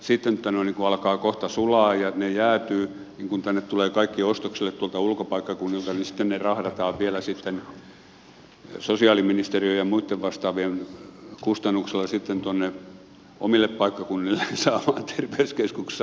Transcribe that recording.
sitten kun alkaa kohta sulaa ja ne jäätyvät niin kun tänne tulevat kaikki ostoksille tuolta ulkopaikkakunnilta niin sitten heidät rahdataan vielä sosiaaliministeriön ja muitten vastaavien kustannuksella tuonne omille paikkakunnille saamaan terveyskeskuksissa hoitoa